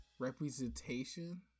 Representation